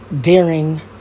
daring